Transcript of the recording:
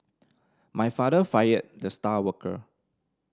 my father fired the star worker